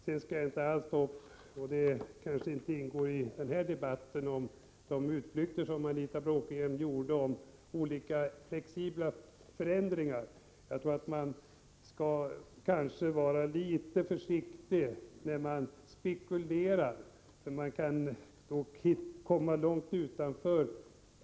Jag skall inte diskutera de utflykter Anita Bråkenhielm gjorde om olika flexibla förändringar, och de kanske inte heller hör hemma i den här debatten.